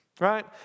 Right